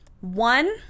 One